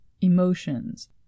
emotions